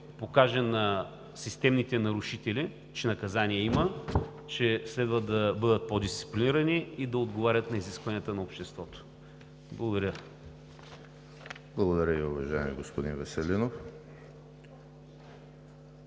покаже на системните нарушители, че наказание има, че следва да бъдат по дисциплинирани и да отговарят на изискванията на обществото. Благодаря. ПРЕДСЕДАТЕЛ ЕМИЛ ХРИСТОВ: Благодаря Ви, уважаеми господин Веселинов.